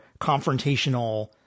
confrontational